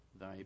thy